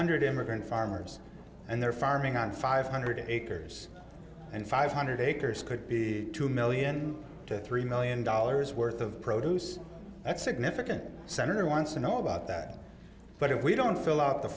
hundred immigrant farmers and their farming on five hundred acres and five hundred acres could be two million to three million dollars worth of produce that's significant senator wants to know about that but if we don't fill out the